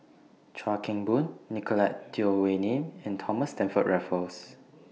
Chuan Keng Boon Nicolette Teo Wei Min and Thomas Stamford Raffles